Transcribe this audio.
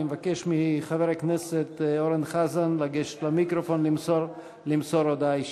אני מבקש מחבר הכנסת אורן חזן לגשת למיקרופון למסור הודעה אישית.